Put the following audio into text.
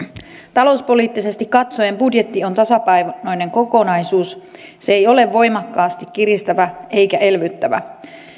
talouspoliittisesti katsoen budjetti on tasapainoinen kokonaisuus se ei ole voimakkaasti kiristävä eikä elvyttävä